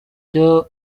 cyo